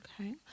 okay